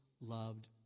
loved